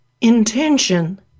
intention